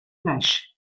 flash